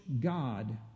God